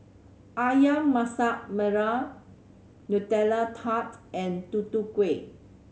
Ayam Masak Merah Nutella Tart and Tutu Kueh